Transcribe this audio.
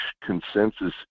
consensus